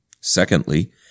Secondly